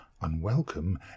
unwelcome